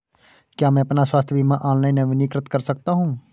क्या मैं अपना स्वास्थ्य बीमा ऑनलाइन नवीनीकृत कर सकता हूँ?